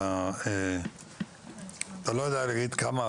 האם מדובר ב-100,